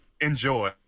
enjoy